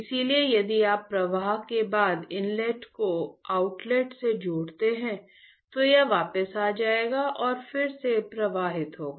इसलिए यदि आप प्रवाह के बाद इनलेट को आउटलेट से जोड़ते हैं तो यह वापस आ जाएगा और फिर से प्रवाहित होगा